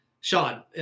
Sean